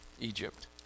Egypt